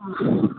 ಹಾಂ